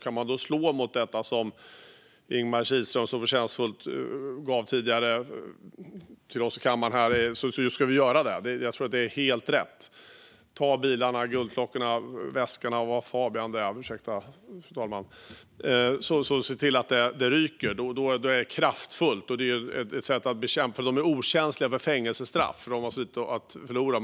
Kan man slå mot detta på det sätt som Ingemar Kihlström så förtjänstfullt berättade om för oss i kammaren ska vi göra det. Jag tror att det är helt rätt: Ta bilarna, guldklockorna, väskorna och vad fabian det kan vara - ursäkta, fru talman! Se till att det ryker! Då blir det kraftfullt. De är okänsliga för fängelsestraff, för de har så lite att förlora.